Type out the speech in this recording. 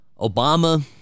Obama